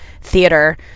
theater